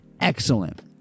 excellent